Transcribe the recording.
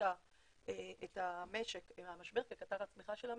את המשק מהמשבר כקטר הצמיחה של המשק,